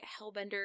Hellbender